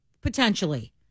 potentially